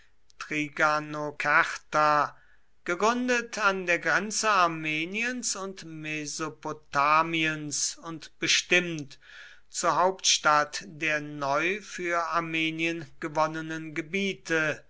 tigranokerta gegründet an der grenze armeniens und mesopotamiens und bestimmt zur hauptstadt der neu für armenien gewonnenen gebiete